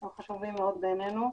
הם חשובים מאוד בעינינו.